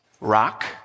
Rock